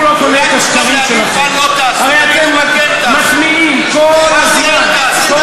אתם מפיצים בכל העולם את השקר הזה,